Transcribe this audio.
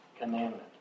commandment